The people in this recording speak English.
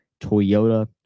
toyota